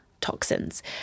toxins